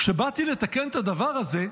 כשבאתי לתקן את הדבר הזה,